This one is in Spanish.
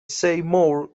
seymour